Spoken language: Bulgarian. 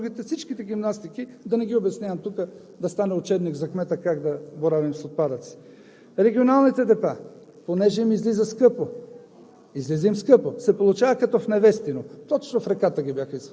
като действащи. Те казват, че там само ги разтоварват, претоварват за другите – всичките гимнастики, да не ги обяснявам, да стане учебник за кмета „Как да боравим с отпадъци“. Регионалните депа – понеже им излиза скъпо,